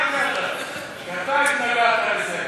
אתה התנגדת לזה.